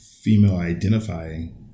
female-identifying